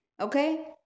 Okay